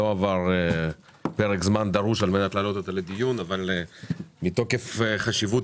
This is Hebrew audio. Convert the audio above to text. לא עבר פרק זמן הדרוש כדי להעלותה לדיון אבל בתוקף חשיבות